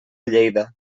lleida